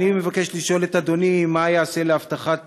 אני מבקש לשאול את אדוני: 1. מה ייעשה להבטחת